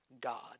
God